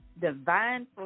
Divine